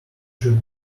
should